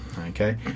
Okay